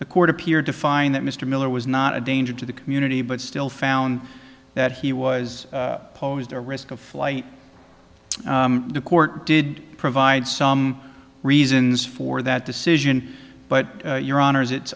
the court appeared to find that mr miller was not a danger to the community but still found that he was posed a risk of flight the court did provide some reasons for that decision but your honour's it